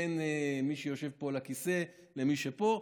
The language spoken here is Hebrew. בין מי שיושב פה על הכיסא למי שפה.